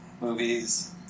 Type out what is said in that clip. movies